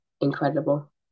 incredible